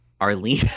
Arlene